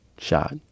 shot